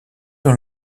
dans